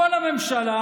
כל הממשלה,